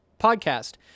podcast